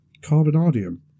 carbonadium